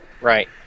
Right